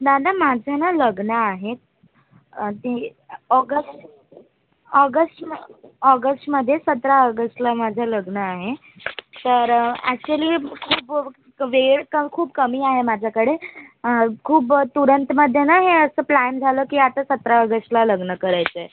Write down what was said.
दादा माझं ना लग्न आहे ते ऑगस्ट ऑगस्टम ऑगस्टमध्ये सतरा ऑगस्टला माझं लग्न आहे तर ऍक्च्युली खूप व वेळ क खूप कमी आहे माझ्याकडे खूप तुरंतमध्ये ना हे असं प्लॅन झालं की आता सतरा ऑगशला लग्न करायचं आहे